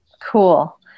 Cool